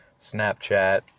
Snapchat